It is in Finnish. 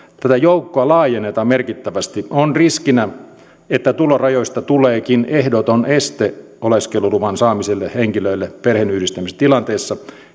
laajennetaan merkittävästi on riskinä että tulorajoista tuleekin ehdoton este oleskeluluvan saamiselle henkilöille perheenyhdistämistilanteessa